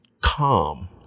calm